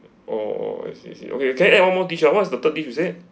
oh oh I see I see okay can I add one more dish ah what's the third dish you said